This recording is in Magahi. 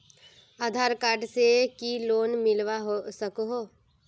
आधार कार्ड से की लोन मिलवा सकोहो?